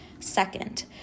Second